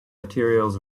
materials